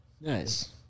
Nice